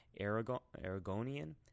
Aragonian